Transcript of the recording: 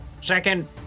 Second